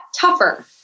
tougher